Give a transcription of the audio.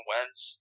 Wentz